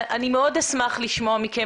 אני מאוד אשמח לשמוע מכם